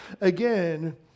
again